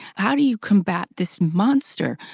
how do you combat this monster?